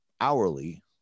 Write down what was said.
hourly